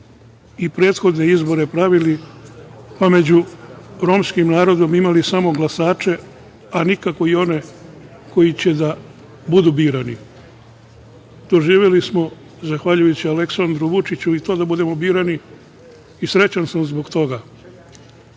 i prethodne izbore pravili, pa među romskim narodom imali samo glasače, a nikako i one koji će da budu birani. Doživeli smo zahvaljujući Aleksandru Vučiću i to da budemo birani i srećan sam zbog toga.